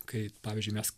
kai pavyzdžiui mes